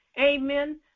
amen